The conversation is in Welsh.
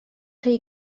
rhy